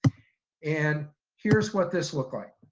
and here's what this looked like.